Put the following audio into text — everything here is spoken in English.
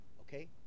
okay